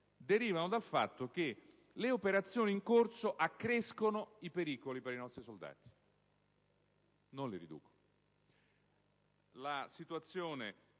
derivano dal fatto che le operazioni in corso accrescono i pericoli per i nostri soldati, non li riducono. La situazione